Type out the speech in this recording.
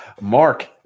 Mark